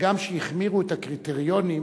שגם כשהחמירו את הקריטריונים,